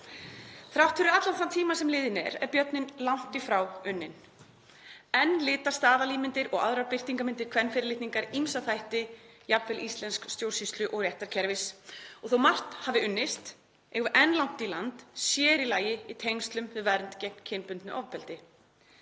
Þrátt fyrir allan þann tíma sem liðinn er er björninn langt því frá unninn. Enn lita staðalímyndir og aðrar birtingarmyndir kvenfyrirlitningar ýmsa þætti, jafnvel íslenskrar stjórnsýslu og réttarkerfis, og þótt margt hafi unnist eigum við enn langt í land, sér í lagi í tengslum við vernd gegn kynbundnu ofbeldi.